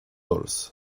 doras